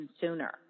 sooner